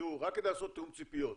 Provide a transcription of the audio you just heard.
רק כדי לעשות תיאום ציפיות,